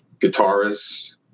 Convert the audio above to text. guitarist